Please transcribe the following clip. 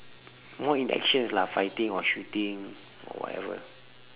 more in actions lah fighting or shooting or whatever